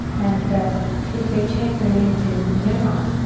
and that if they change their name to myanmar,